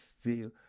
feel